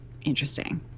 interesting